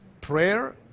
prayer